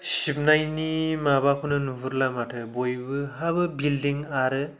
सिबनायनि माबाखौनो नुहरला माथो बयबोहाबो बिल्डिं आरो